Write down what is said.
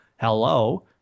hello